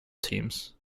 teams